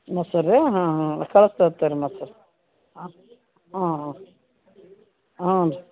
ಮೊಸರು ರಿ ಹಾಂ ಹಾಂ ಕಳ್ಸಿ ಕೊಡ್ತಿನಿ ಮತ್ತೆ ಹಾಂ ಹಾಂ ಹಾಂ ಹ್ಞೂ ರೀ